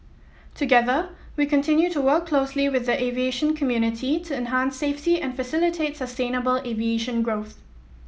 together we continue to work closely with the aviation community to enhance safety and facilitate sustainable aviation growth